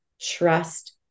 trust